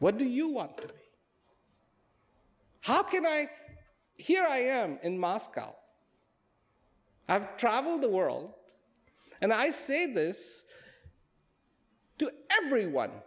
what do you want how can i here i am in moscow i've traveled the world and i say this to everyone